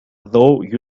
though